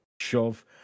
shove